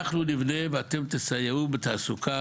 אנחנו נבנה ואתם תסייעו בתעסוקה,